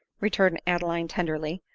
re turned adeline tenderly,